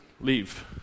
leave